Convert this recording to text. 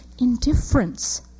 indifference